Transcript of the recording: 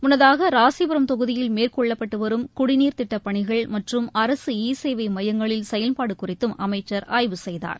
முன்னதாக ராசிபுரம் தொகுதியில் மேற்கொள்ளப்பட்டுவரும் குடிநீர் திட்டப்பணிகள் மற்றும் அரசு ஈ சேவை மையங்களில் செயல்பாடு குறித்தும் அமைச்சர் ஆய்வு செய்தார்